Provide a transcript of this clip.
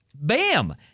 bam